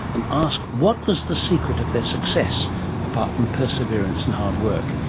and ask what was the secret of their success apart from perseverance and hard work,